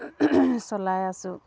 চলাই আছোঁ